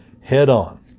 head-on